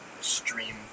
stream